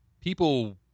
people